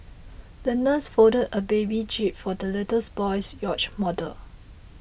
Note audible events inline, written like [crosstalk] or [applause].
the nurse folded a paper jib for the little [unintelligible] boy's yacht model